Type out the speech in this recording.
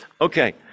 Okay